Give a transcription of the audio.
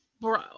bro